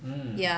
mm